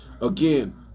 again